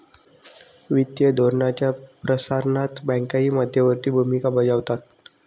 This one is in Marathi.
वित्तीय धोरणाच्या प्रसारणात बँकाही मध्यवर्ती भूमिका बजावतात